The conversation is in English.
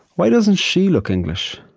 why doesn't she look english?